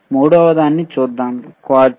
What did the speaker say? మూడవదాన్ని చూద్దాం క్వార్ట్జ్